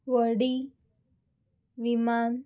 व्हडें विमान